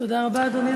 תודה רבה, אדוני השר.